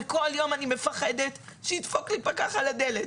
וכל יום אני מפחדת שידפוק לי פקח על הדלת.